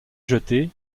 jeté